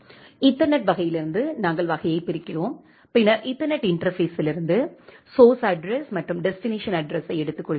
ethernet வகையிலிருந்து நாங்கள் வகையைப் பார்க்கிறோம் பின்னர் ஈத்தர்நெட் இன்டர்பேஸ்ஸில் இருந்து சோர்ஸ் அட்ரஸ் மற்றும் டெஸ்டினேஷன் அட்ரஸ் எடுத்துக்கொள்கிறோம்